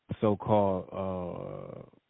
so-called